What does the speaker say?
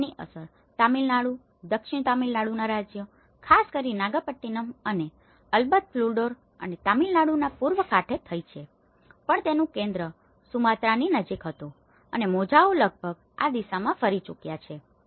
અને તેની અસર તમિળનાડુ દક્ષિણ તમિળનાડુના રાજ્ય ખાસ કરીને નાગપટ્ટિનમ અને અલબત્ત કુડ્લોર અને તમિલનાડુના પૂર્વ કાંઠે થઈ છે પણ તેનું કેન્દ્ર સુમાત્રાની નજીક હતું અને મોજાઓ લગભગ આ દિશામાં ફરી ચૂક્યા છે